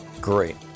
Great